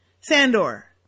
Sandor